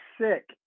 sick